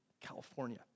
California